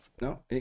no